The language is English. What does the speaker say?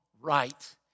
right